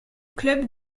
club